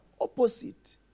Opposite